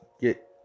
Get